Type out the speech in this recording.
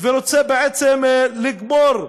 ורוצה בעצם לגמור,